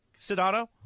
Sedano